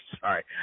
sorry